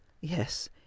Yes